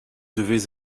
devez